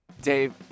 Dave